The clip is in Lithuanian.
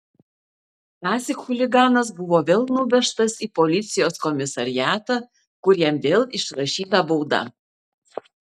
tąsyk chuliganas buvo vėl nuvežtas į policijos komisariatą kur jam vėl išrašyta bauda